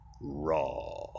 raw